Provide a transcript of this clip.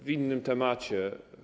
W innym temacie.